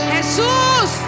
Jesus